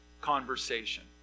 conversation